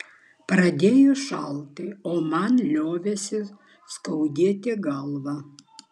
pradėjo šalti o man liovėsi skaudėti galvą